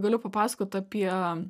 galiu papasakot apie